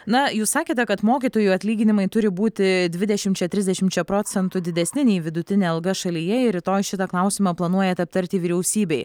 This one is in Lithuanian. na jūs sakėte kad mokytojų atlyginimai turi būti dvidešimčia trisdešimčia procentų didesni nei vidutinė alga šalyje rytoj šitą klausimą planuojat aptarti vyriausybėj